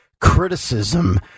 criticism